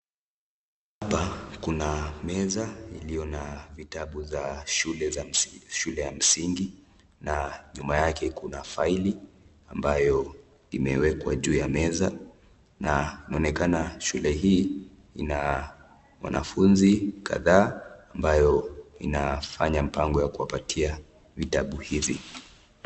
Hapa kuna meza iliyo na vitabu vya shule ya msingi na nyuma yake kuna faili ambayo imewekwa juu ya meza, na inaonekana shule hii ina wanafunzi kadhaa ambayo inafanya mpango ya kuwapatia vitabu hizi.